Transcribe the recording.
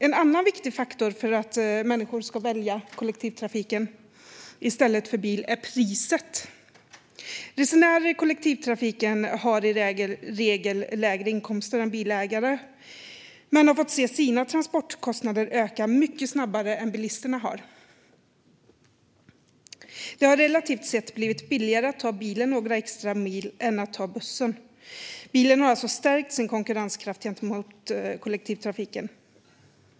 En annan viktig faktor för att människor ska välja kollektivtrafik i stället för bil är priset. Resenärer i kollektivtrafiken har i regel lägre inkomster än bilägare. De har fått se sina transportkostnader öka mycket snabbare än bilisternas. Det har relativt sett blivit billigare att ta bilen några extra mil än att ta bussen. Bilen har alltså stärkt sin konkurrenskraft gentemot kollektivtrafiken.